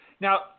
Now